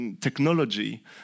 technology